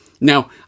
Now